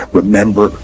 remember